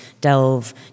delve